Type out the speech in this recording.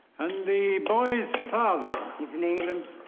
and the boy's father? he's in england.